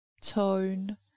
tone